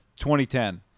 2010